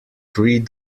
three